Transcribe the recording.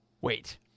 wait